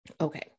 Okay